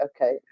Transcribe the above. okay